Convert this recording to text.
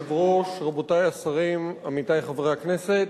אדוני היושב-ראש, רבותי השרים, עמיתי חברי הכנסת,